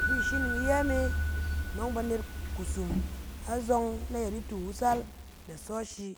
I fi shining iyɛ me, nɔng banet kusum, azɔng aƴɛt itu wusal da sɔ shi,